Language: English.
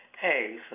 Hey